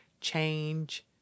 change